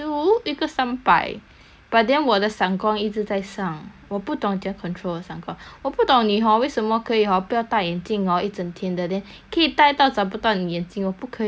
but then 我的 sankong 一直在上我不懂怎样 control the sankong 我不懂你 hor 为什么可以 hor 不要戴眼镜 hor 一整天 then 可以戴到找不到你的眼镜我不可以的 leh 会觉得很辛苦了